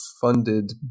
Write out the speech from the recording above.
funded